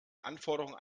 anforderungen